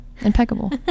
impeccable